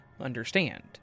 understand